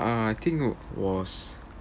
ah I think it was